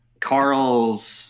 carl's